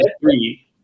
three